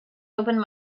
opened